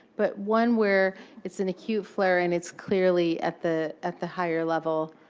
but one where it's an acute flare and it's clearly at the at the higher level.